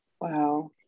Wow